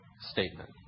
statement